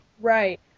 Right